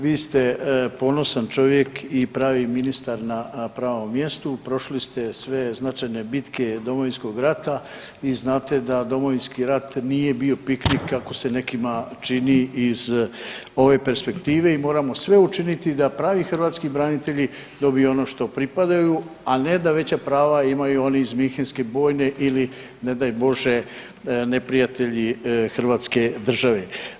Vi ste ponosan čovjek i pravi ministar na pravom mjestu, prošli ste sve značajne bitke Domovinskog rata i znate da Domovinski rat nije bio piknik kako se nekima čini iz ove perspektive i moramo sve učiniti da pravi hrvatski branitelji dobiju ono pripadaju a ne da veća prava imaju oni iz minhenske bojne ili ne daj Bože, neprijatelji hrvatske države.